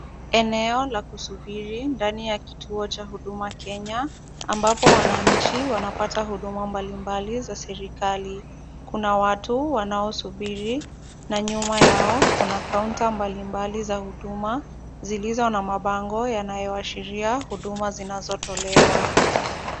Eneo la kusubiri ndani ni ya kituo cha Huduma Kenya, ambapo wananchi wanapata huduma mbalimbali za serikali. Kuna watu wanaosubiri na nyuma yao kuna kaunta mbalimbali za huduma, zilizo na mabango yanayoashiria huduma zinazotolewa.